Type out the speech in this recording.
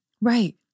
Right